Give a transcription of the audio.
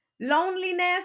loneliness